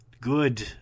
good